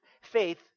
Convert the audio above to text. Faith